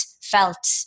felt